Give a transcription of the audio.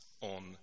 on